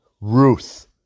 Ruth